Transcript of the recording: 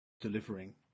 delivering